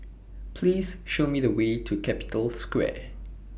Please Show Me The Way to Capital Square